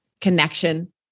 connection